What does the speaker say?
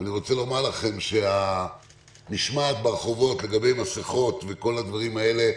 ואני רוצה לומר לכם שהמשמעת ברחובות לגבי מסכות וכל הדברים האלה,